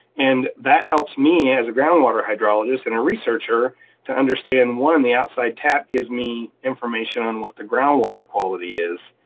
and that helps me as a groundwater hydrologist and a researcher to understand, one, the outside tap gives me information on what the groundwater quality is,